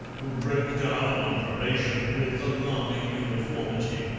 who broke down on probation with alarming uniformity.